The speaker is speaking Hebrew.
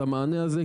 את המענה הזה,